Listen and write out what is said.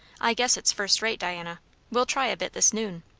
i guess it's first-rate, diana we'll try a bit this noon.